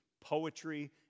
poetry